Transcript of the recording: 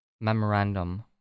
Memorandum